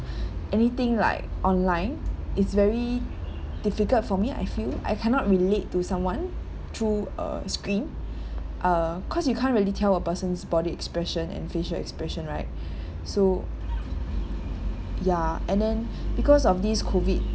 anything like online is very difficult for me I feel I cannot relate to someone through a screen uh cause you can't really tell a person's body expression and facial expression right so ya and then because of this COVID